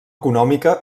econòmica